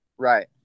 Right